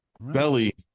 Belly